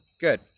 good